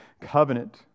covenant